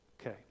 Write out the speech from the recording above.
Okay